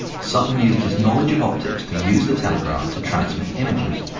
sutton used his knowledge of optics to use the telegraph to transmit images.